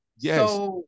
Yes